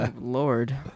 Lord